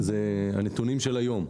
אלה הנתונים של היום.